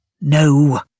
No